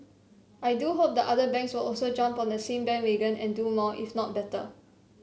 I do hope that other banks will also jump on the same bandwagon and do more if not better